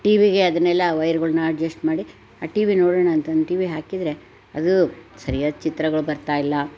T ವಿಗೆ ಅದನ್ನೆಲ್ಲ ವೈರ್ಗಳ್ನ ಅಡ್ಜಸ್ಟ್ ಮಾಡಿ ಆ ಟಿ ವಿ ನೋಡೋಣ ಅಂತ ಅಂದು ಟಿ ವಿ ಹಾಕಿದರೆ ಅದು ಸರಿಯಾದ ಚಿತ್ರಗಳೇ ಬರ್ತಾ ಇಲ್ಲ